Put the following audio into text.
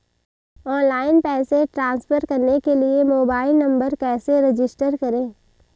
Online पैसे transfer करने के लिए मोबाइल नंबर कैसे रजिस्टर करें?